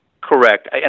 Correct